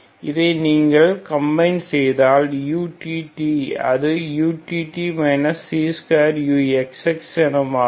இதை நீங்கள் கம்பைன் செய்தால் utt அது utt c2uxx0 என மாறும்